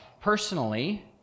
personally